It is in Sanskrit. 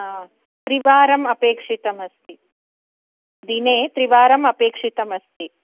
त्रिवारं अपेक्षितम् अस्ति दिने त्रिवारम् अपेक्षितम् अस्ति